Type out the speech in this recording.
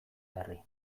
berri